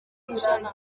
kw’ijana